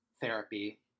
therapy